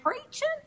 preaching